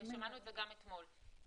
שמעתי אותו גם אתמול,